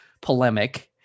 polemic